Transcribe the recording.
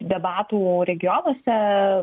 debatų regionuose